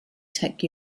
tech